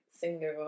singer